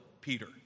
Peter